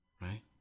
Right